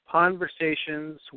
conversations